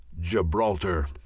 Gibraltar